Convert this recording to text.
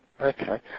Okay